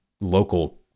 Local